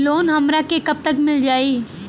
Loan हमरा के कब तक मिल जाई?